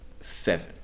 seven